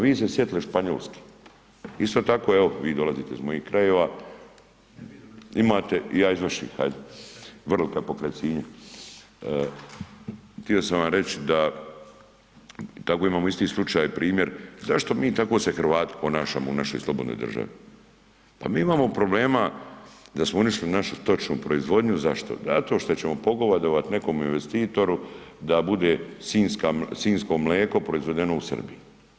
Vi se sjetili Španjolske, isto tako vi dolazite iz mojih krajeva, imate i ja iz vaših ajd, Vrlika pokraj Sinja, htio sam vam reći da tako imamo isti slučaj, primjer zašto mi tako se Hrvati ponašamo u našoj slobodnoj državi, pa mi imamo problema da smo uništili našu stočnu proizvodnju, zašto, zato što ćemo pogodovati nekom investitoru da bude sinjsko mleko proizvedeno u Srbiji.